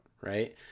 right